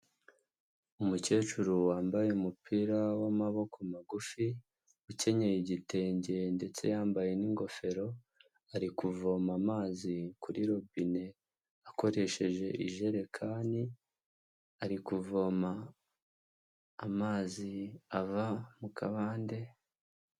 Umukecuru wambaye umupira w'amaboko magufi, ukenyeye igitenge ndetse yambaye n'ingofero ari kuvoma amazi kuri robine akoresheje ijerekani, ari kuvoma amazi ava mu kabande.